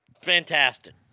Fantastic